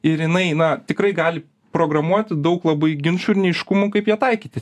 ir jina na tikrai gali programuoti daug labai ginčų ir neaiškumų kaip ją taikyti